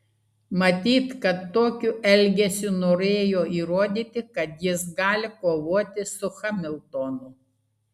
matyt kad tokiu elgesiu norėjo įrodyti kad jis gali kovoti su hamiltonu